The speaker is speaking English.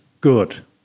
good